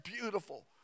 beautiful